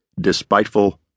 despiteful